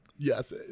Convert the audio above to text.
Yes